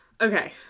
Okay